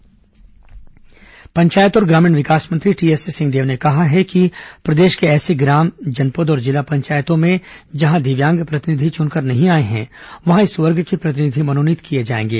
हमर ग्राम सभा पंचायत और ग्रामीण विकास मंत्री टीएस सिंहदेव ने कहा है कि प्रदेश के ऐसे ग्राम जनपद और जिला पंचायतों में जहां दिव्यांग प्रतिनिधि चुनकर नहीं आए हैं वहां इस वर्ग के प्रतिनिधि मनोनीत किए जाएंगे